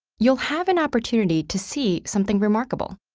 you'll have an opportunity to see something remarkable,